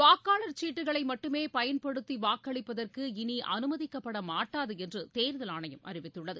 வாக்காளர் சீட்டுகளை மட்டுமே பயன்படுத்தி வாக்களிப்பதற்கு இனி அனுமதிக்கப்பட மாட்டாது என்று தேர்தல் ஆணையம் அறிவித்துள்ளது